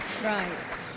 Right